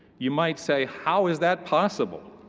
you might say, how is that possible?